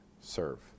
serve